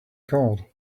called